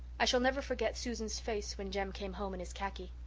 i shall never forget susan's face when jem came home in his khaki.